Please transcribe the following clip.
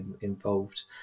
involved